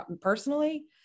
personally